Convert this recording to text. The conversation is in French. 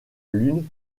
lune